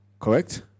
Correct